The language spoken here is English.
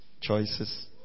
Choices